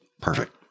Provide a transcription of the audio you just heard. perfect